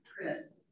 Chris